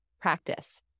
practice